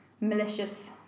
malicious